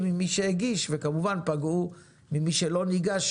עם מי שהגיש וכמובן פגעו במי שלא ניגש,